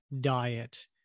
diet